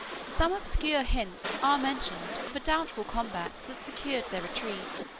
some obscure hints are mentioned of a doubtful combat that secured their retreat.